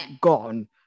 gone